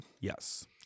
Yes